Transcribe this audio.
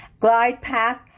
GlidePath